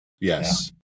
Yes